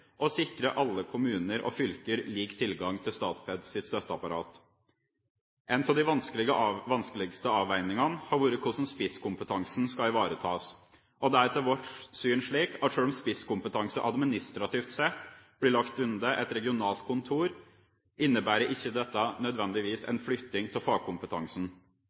og sikre alle kommuner og fylker lik tilgang til Statpeds støtteapparat. En av de vanskeligste avveiningene har vært hvordan spisskompetansen skal ivaretas, og det er etter vårt syn slik at sjøl om spisskompetanse administrativt sett blir lagt under et regionalt kontor, innebærer ikke dette nødvendigvis en flytting av fagkompetansen.